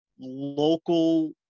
local